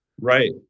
Right